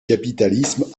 capitalisme